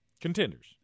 contenders